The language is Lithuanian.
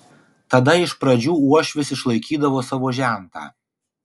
tada iš pradžių uošvis išlaikydavo savo žentą